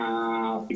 קודמים.